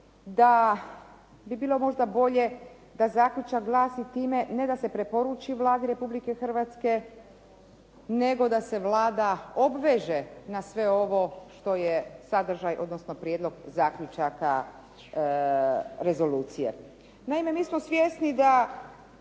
da bi bilo možda bolje da zaključak glasi time ne da se preporuči Vladi Republike Hrvatske nego da se Vlada obveže na sve ovo što je sadržaj odnosno prijedlog zaključaka rezolucije. Naime, mi smo svjesni da